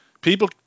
people